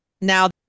now